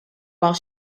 while